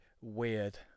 weird